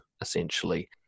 essentially